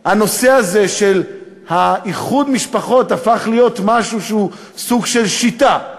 הנושא הזה, של איחוד משפחות, הפך לסוג של שיטה,